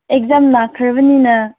exam ꯂꯥꯈ꯭ꯔꯕꯅꯤꯅ